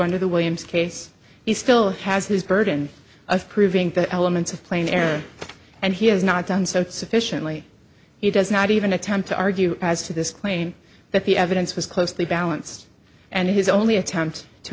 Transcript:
under the williams case he still has his burden of proving the elements of plain air and he has not done so sufficiently he does not even attempt to argue as to this claim that the evidence was closely balanced and his only attempt to